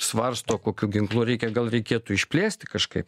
svarsto kokiu ginklu reikia gal reikėtų išplėsti kažkaip